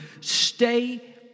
stay